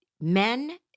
Men